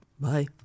Bye